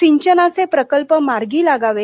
सिंचनाचे प्रकल्प मार्गी लागावे